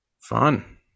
Fun